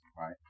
right